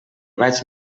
vaig